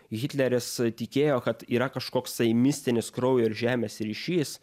hitleris tikėjo kad yra kažkoksai mistinis kraujo ir žemės ryšys